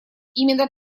именно